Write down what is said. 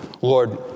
Lord